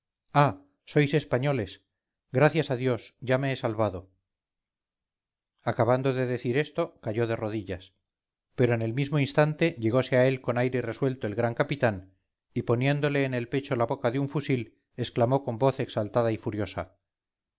sois españoles gracias a dios ya me he salvado acabando de decir esto cayó de rodillas pero en el mismo instante llegose a él con aire resuelto el gran capitán y poniéndole en el pecho la boca de un fusil exclamó con voz exaltada y furiosa